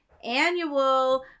annual